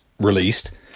released